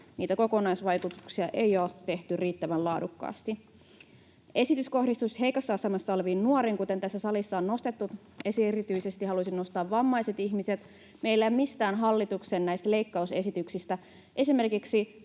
niiden kokonaisvaikutusten arviointia ei ole tehty riittävän laadukkaasti. Esitys kohdistuisi heikossa asemassa oleviin nuoriin, kuten tässä salissa on nostettu esiin. Erityisesti haluaisin nostaa vammaiset ihmiset. Meillä ei ole mistään näistä hallituksen leikkausesityksistä tehty esimerkiksi